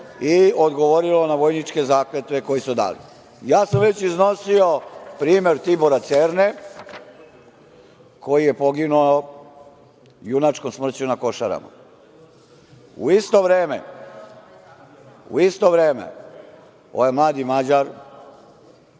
i odgovorilo na vojničke zakletve koje su dali. Ja sam već iznosio primer Tibora Cerne koji je poginuo junačkom smrću na Košarama. U isto vreme ovaj mladi Mađar